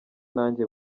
nanjye